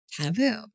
taboo